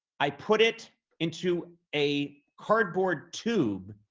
i put it into a cardboard tube,